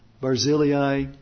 Barzillai